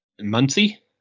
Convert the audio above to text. Muncie